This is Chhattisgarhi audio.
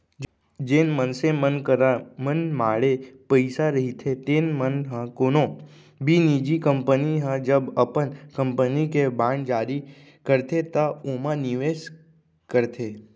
जेन मनसे मन करा मनमाड़े पइसा रहिथे तेन मन ह कोनो भी निजी कंपनी ह जब अपन कंपनी के बांड जारी करथे त ओमा निवेस करथे